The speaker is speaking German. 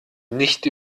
nicht